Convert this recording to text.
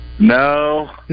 No